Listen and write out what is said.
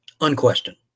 unquestioned